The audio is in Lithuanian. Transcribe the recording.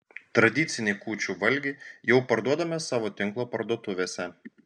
tradicinį kūčių valgį jau parduodame savo tinklo parduotuvėse